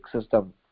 system